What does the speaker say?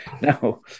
No